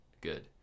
good